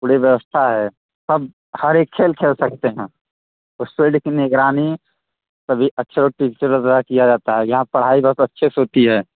पूरी व्यवस्था है सब हर एक खेल खेल सकते हैं उस खेल की निगरानी सभी अच्छे टीचरों द्वारा किया जाती है यहाँ पढ़ाई बहुत अच्छे से होती है